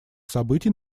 событий